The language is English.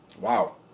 wow